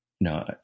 No